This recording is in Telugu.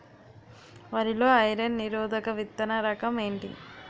వరి లో ఐరన్ నిరోధక విత్తన రకం ఏంటి?